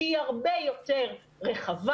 שהיא הרבה יותר רחבה,